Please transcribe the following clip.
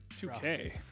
2K